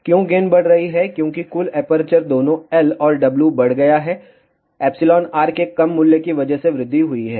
क्यों गेन बढ़ रही है क्योंकि कुल एपर्चर दोनों L और W बढ़ गया है εr के कम मूल्य की वजह से वृद्धि हुई है